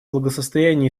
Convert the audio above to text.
благосостояния